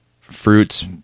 fruits